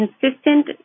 consistent